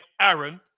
Aaron